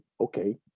okay